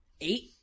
eight